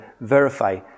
verify